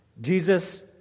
Jesus